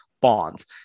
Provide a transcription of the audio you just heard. bonds